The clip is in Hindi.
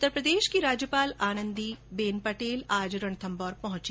उत्तरप्रदेश री राज्यपाल आनन्दी बेन पटेल आज रणथम्भौर पहुंची